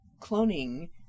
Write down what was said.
cloning